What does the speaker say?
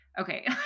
okay